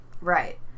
right